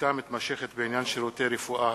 (עסקה מתמשכת בעניין שירותי רפואה),